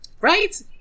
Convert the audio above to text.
Right